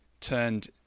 turned